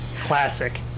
Classic